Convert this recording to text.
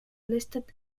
listed